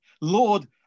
Lord